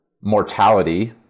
mortality